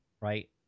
right